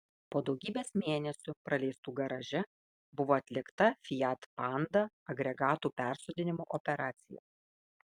po daugybės mėnesių praleistų garaže buvo atlikta fiat panda agregatų persodinimo operacija